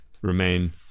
remain